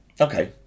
Okay